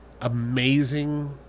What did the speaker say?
amazing